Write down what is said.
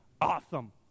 Awesome